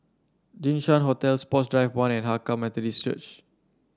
Jinshan Hotel Sports Drive One and Hakka Methodist Church